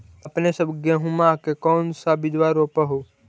अपने सब गेहुमा के कौन सा बिजबा रोप हू?